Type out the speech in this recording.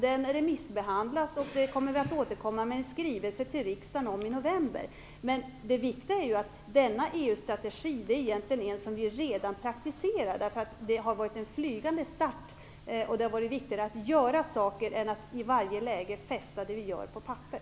Den remissbehandlas, och vi återkommer med en skrivelse till riksdagen i november. Det viktiga är ju att vi egentligen redan praktiserar denna EU-strategi. Det har varit en flygande start, och det har varit viktigare att göra saker än att i varje läge fästa det vi gör på papper.